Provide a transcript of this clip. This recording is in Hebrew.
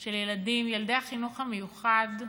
של ילדים, ילדי החינוך המיוחד,